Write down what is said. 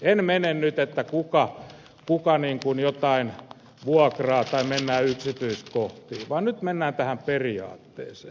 en mene nyt siihen kuka jotain vuokraa tai yksityiskohtiin vaan nyt mennään tähän periaatteeseen